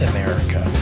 America